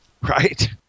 right